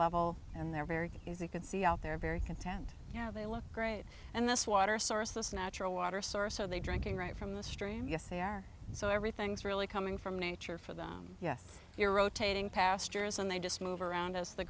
level and they're very easy could see out there very content yeah they look great and this water source this natural water source so they drinking right from the stream yes they are so everything's really coming from nature for them yes you're rotating pastures and they just move around